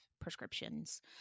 prescriptions